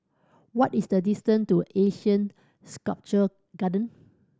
what is the distant to ASEAN Sculpture Garden